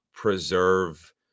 preserve